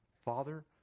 Father